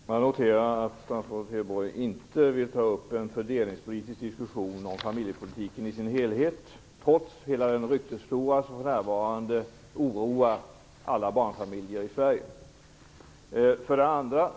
Fru talman! Jag noterar att statsrådet Hedborg trots hela den ryktesflora som för närvarande oroar alla barnfamiljer i Sverige inte vill ta upp en fördelningspolitisk diskussion om familjepolitiken i dess helhet.